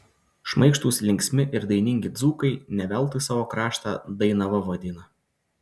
šmaikštūs linksmi ir dainingi dzūkai ne veltui savo kraštą dainava vadina